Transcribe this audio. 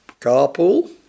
carpool